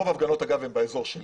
אגב, רוב ההפגנות הן באזור שלי.